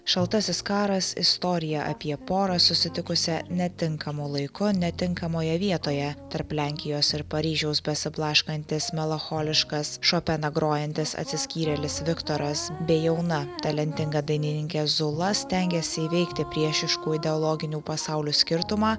šaltasis karas istorija apie porą susitikusią netinkamu laiku netinkamoje vietoje tarp lenkijos ir paryžiaus besiblaškantis melancholiškas šopeną grojantis atsiskyrėlis viktoras bei jauna talentinga dainininkė zula stengiasi įveikti priešiškų ideologinių pasaulių skirtumą